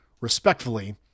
Respectfully